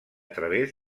través